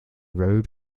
road